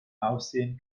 aussehen